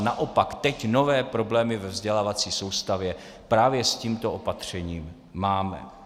Naopak, teď nové problémy ve vzdělávací soustavě právě s tímto opatřením máme.